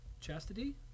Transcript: chastity